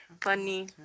funny